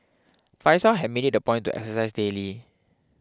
Faizal had made it a point to exercise daily